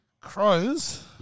Crows